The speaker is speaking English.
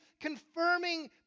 confirming